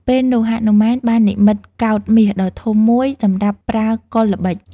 ពេលនោះ ហនុមាន បាននិម្មិតកោដ្ឋមាសដ៏ធំមួយសម្រាប់ប្រើកុលល្បិច។